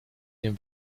dem